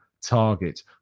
target